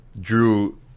Drew